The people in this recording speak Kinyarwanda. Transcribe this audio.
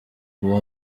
uwo